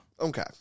Okay